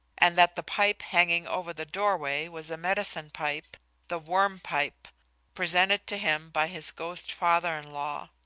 and that the pipe hanging over the doorway was a medicine pipe the worm pipe presented to him by his ghost father-in-law.